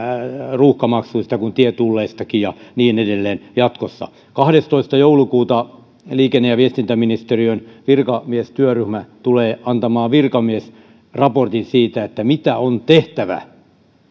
ruuhkamaksuista kuin tietulleistakin ja niin edelleen jatkossa kahdestoista joulukuuta liikenne ja viestintäministeriön virkamiestyöryhmä tulee antamaan virkamiesraportin siitä mitä on tehtävä